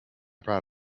proud